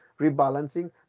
rebalancing